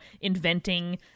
inventing